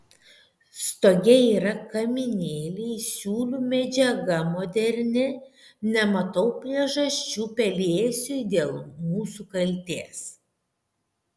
stoge yra kaminėliai siūlių medžiaga moderni nematau priežasčių pelėsiui dėl mūsų kaltės